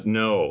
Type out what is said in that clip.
no